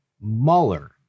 Mueller